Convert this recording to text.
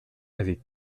avec